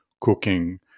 cooking